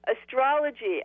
Astrology